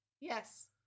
yes